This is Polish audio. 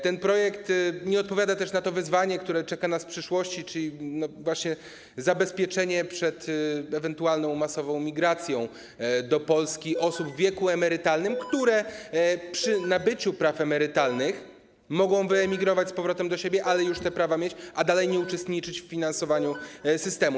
Ten projekt nie odpowiada też na wyzwanie, które czeka nas w przyszłości, czyli zabezpieczenie przed ewentualną masową migracją do Polski osób w wieku emerytalnym, które po nabyciu praw emerytalnych mogą wyemigrować z powrotem do siebie, ale już te prawa mieć, a dalej nie uczestniczyć w finansowaniu systemu.